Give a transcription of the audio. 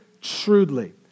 shrewdly